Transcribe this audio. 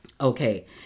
Okay